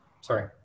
sorry